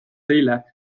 eile